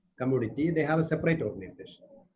community, they have a separate organisation.